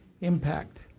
impact